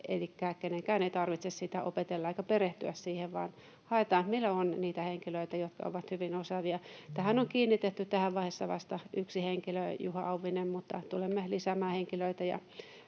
elikkä kenenkään ei tarvitse sitä opetella eikä perehtyä siihen, vaan haetaan nimenomaan niitä henkilöitä, jotka ovat hyvin osaavia. Tähän on kiinnitetty tässä vaiheessa vasta yksi henkilö, Juha Auvinen, mutta tulemme lisäämään henkilöitä